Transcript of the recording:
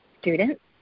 students